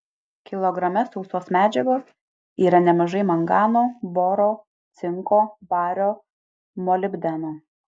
kilograme sausos medžiagos yra nemažai mangano boro cinko vario molibdeno